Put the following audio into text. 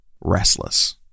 restless